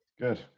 Good